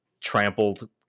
trampled